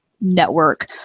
network